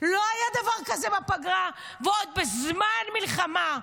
ולא היה דבר כזה בפגרה ועוד בזמן מלחמה.